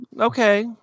okay